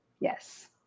Yes